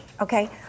Okay